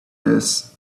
this